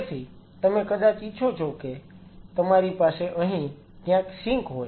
તેથી તમે કદાચ ઇચ્છો છો કે તમારી પાસે અહીં ક્યાંક સિંક હોય